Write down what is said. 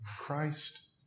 Christ